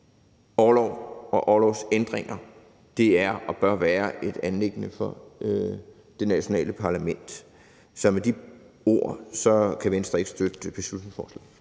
orlov og orlovsændringer er og bør være et anliggende for det nationale parlament. Så med de ord kan Venstre ikke støtte beslutningsforslaget.